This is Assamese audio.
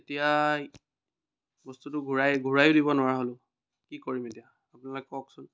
এতিয়াই বস্তুটো ঘূৰাই ঘূৰায়ো দিব নোৱাৰা হ'লোঁ কি কৰিম এতিয়া আপোনালোকে কওকচোন